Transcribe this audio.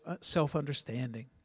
self-understanding